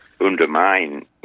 undermine